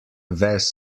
ves